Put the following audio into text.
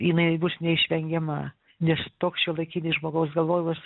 jinai bus neišvengiama nes toks šiuolaikinis žmogaus galvojimas